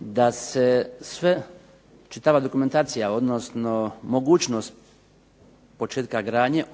da se sve, čitava dokumentacija odnosno mogućnost početka gradnje